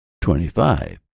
Twenty-five